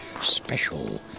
special